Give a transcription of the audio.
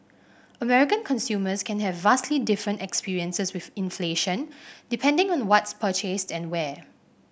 American consumers can have vastly different experiences with inflation depending on what's purchased and where